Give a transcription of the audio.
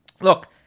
Look